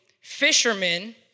fishermen